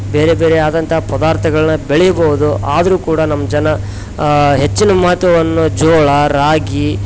ಬೇರೆ ಬೇರೆ ಆದಂತ ಪದಾರ್ಥಗಳನ್ನ ಬೆಳಿಬೋದು ಆದರು ಕೂಡ ನಮ್ಮ ಜನ ಹೆಚ್ಚಿನ ಮಹತ್ವವನ್ನು ಜೋಳ ರಾಗಿ